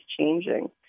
changing